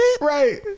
Right